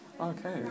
Okay